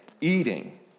eating